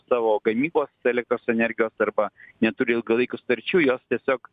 savo gamybos elektros energijos arba neturi ilgalaikių sutarčių jos tiesiog